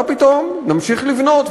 מה פתאום, נמשיך לבנות.